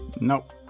Nope